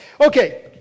okay